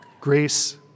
Grace